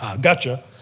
Gotcha